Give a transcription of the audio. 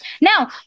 Now